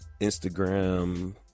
Instagram